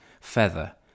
feather